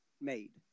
made